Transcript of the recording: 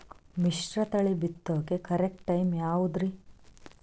ಮಿಶ್ರತಳಿ ಬಿತ್ತಕು correct time ಯಾವುದರಿ?